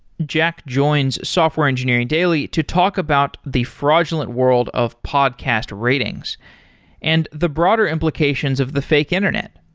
jack joins software engineering daily to talk about the fraudulent world of podcast ratings and the broader implications of the fake internet.